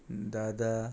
दादा